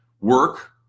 Work